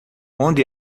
onde